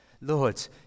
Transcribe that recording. Lord